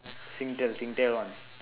Singtel Singtel [one]